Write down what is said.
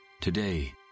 Today